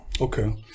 Okay